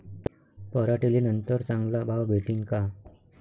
पराटीले नंतर चांगला भाव भेटीन का?